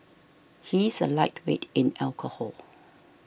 he is a lightweight in alcohol